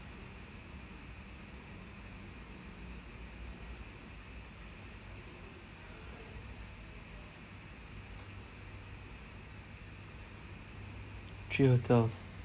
three hotels